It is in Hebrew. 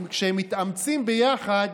כשהם מתאמצים ביחד,